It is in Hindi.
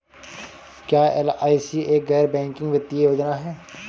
क्या एल.आई.सी एक गैर बैंकिंग वित्तीय योजना है?